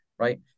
Right